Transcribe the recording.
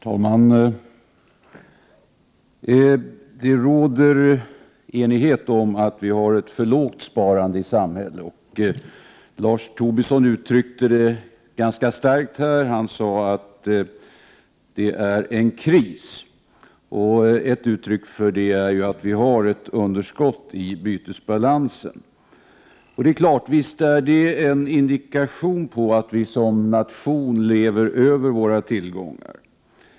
Herr talman! Det råder enighet om att vi har ett för lågt sparande i samhället. Lars Tobisson uttryckte det ganska starkt. Han sade att det är en kris. Ett uttryck för det är att vi har ett underskott i bytesbalansen. Visst är detta en indikation på att vi som nation lever över våra tillgångar.